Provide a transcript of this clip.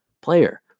player